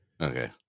Okay